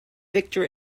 victor